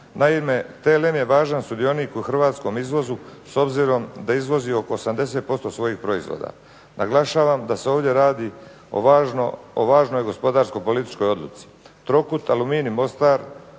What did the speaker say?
Naime, TLM je važan sudionik u hrvatskom izvozu s obzirom da izvozi oko 80% svojih proizvoda. Naglašavam da se ovdje radi o važnoj gospodarsko-političkoj odluci.